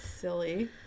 silly